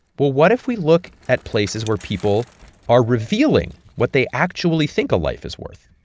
well, what if we look at places where people are revealing what they actually think a life is worth?